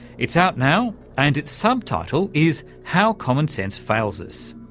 it's out now and its subtitle is how common sense fails us.